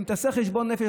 אם תעשה חשבון נפש,